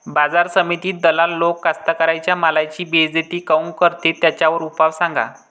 बाजार समितीत दलाल लोक कास्ताकाराच्या मालाची बेइज्जती काऊन करते? त्याच्यावर उपाव सांगा